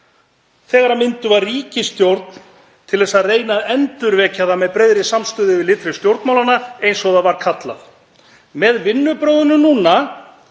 þegar mynduð var ríkisstjórn til að reyna að endurvekja það með breiðri samstöðu við litróf stjórnmálanna eins og það var kallað. Með vinnubrögðunum núna